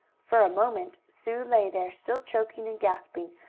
for a moment sue lay there, still choking and gasping,